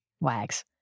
Wags